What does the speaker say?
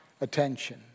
attention